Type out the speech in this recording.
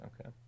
Okay